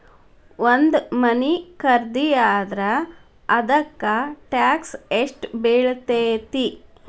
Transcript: ಒಂದ್ ಮನಿ ಖರಿದಿಯಾದ್ರ ಅದಕ್ಕ ಟ್ಯಾಕ್ಸ್ ಯೆಷ್ಟ್ ಬಿಳ್ತೆತಿ?